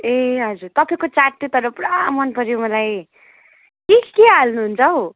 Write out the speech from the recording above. ए हजुर तपाईँको चाट त तर पुरा मन पऱ्यो मलाई के के हाल्नु हुन्छ हौ